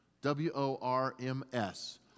W-O-R-M-S